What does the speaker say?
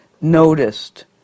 noticed